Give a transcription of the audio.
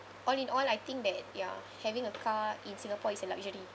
all in all I think that ya having a car in singapore is a luxury